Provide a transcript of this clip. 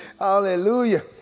Hallelujah